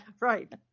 Right